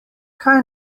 kaj